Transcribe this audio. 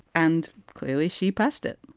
and clearly, she passed it